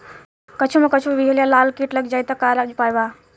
कद्दू मे कद्दू विहल या लाल कीट लग जाइ त का उपाय बा?